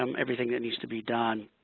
um everything that needs to be done.